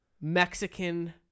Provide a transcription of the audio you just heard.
Mexican